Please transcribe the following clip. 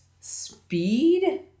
speed